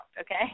Okay